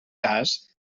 cas